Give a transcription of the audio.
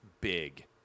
big